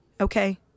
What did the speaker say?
Okay